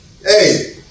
Hey